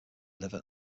liver